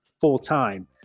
full-time